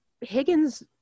Higgins